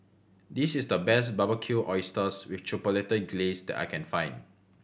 this is the best Barbecued Oysters with Chipotle Glaze that I can find